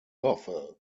hoffe